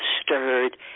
stirred